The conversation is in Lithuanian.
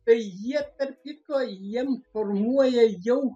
tai jie tarp kitko jiem formuoja jau